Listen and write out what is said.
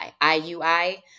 IUI